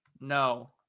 No